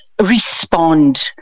Respond